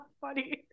funny